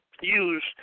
use